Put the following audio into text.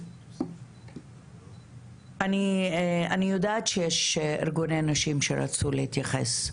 אני יודעת שארגוני הנשים שרצו להתייחס,